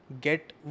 get